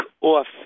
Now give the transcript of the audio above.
off